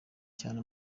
cyane